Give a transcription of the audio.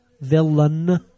Villain